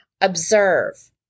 Observe